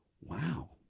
Wow